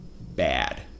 bad